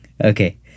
Okay